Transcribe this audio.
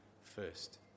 first